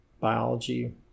biology